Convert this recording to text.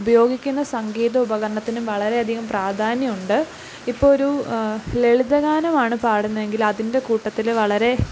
ഉപയോഗിക്കുന്ന സംഗീത ഉപകരണത്തിനും വളരെയധികം പ്രാധാന്യമുണ്ട് ഇപ്പം ഒരു ലളിതഗാനമാണ് പാടുന്നതെങ്കിൽ അതിൻ്റെ കൂട്ടത്തിൽ വളരെ